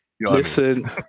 Listen